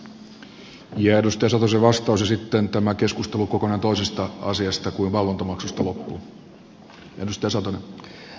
edustaja satosen vastaus ja sitten tämä keskustelu kokonaan toisesta asiasta kuin valvontamaksusta loppuu